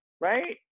right